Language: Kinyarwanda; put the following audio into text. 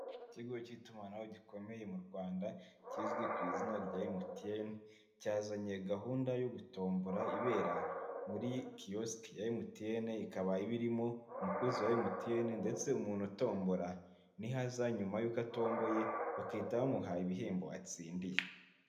Ikigo cy'itumanaho gikomeye mu rwanda kizwi ku izina rya emutiyene cyazanye gahunda yo gutombora ibera muri kiyosiki ya emutiyene ikaba iba irimo umukozi wa emutiyene, ndetse umuntu utombola niho aza nyuma y'uko atomboye bagahita bamuha ibihembo atsindiye.